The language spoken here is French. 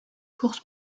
course